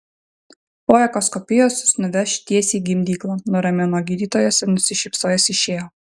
po echoskopijos jus nuveš tiesiai į gimdyklą nuramino gydytojas ir nusišypsojęs išėjo